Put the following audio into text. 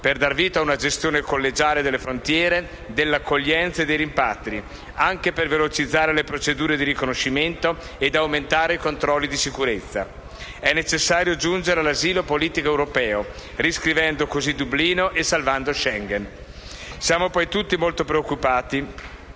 per dar vita a una gestione collegiale delle frontiere, dell'accoglienza e dei rimpatri, anche per velocizzare le procedure di riconoscimento ed aumentare i controlli di sicurezza. È necessario giungere all'asilo politico europeo, riscrivendo così il Regolamento di Dublino e salvando l'Accordo di Schengen. Inoltre, siamo tutti molto preoccupati